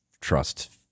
Trust